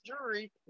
jury